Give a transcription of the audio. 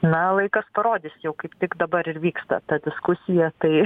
na laikas parodys jau kaip tik dabar ir vyksta ta diskusija tai